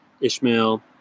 Ishmael